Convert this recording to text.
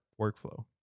workflow